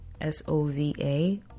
S-O-V-A